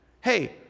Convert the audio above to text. Hey